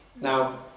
Now